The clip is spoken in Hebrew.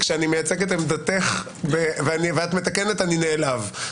שכשאני מייצג את עמדתך ואת מתקנת אני נעלב,